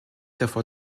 davor